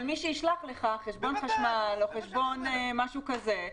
אבל מי שישלח לך חשבון חשמל או משהו כזה,